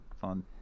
fun